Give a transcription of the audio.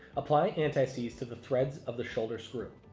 apply anti-seize to the threads of the shoulder screw.